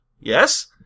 Yes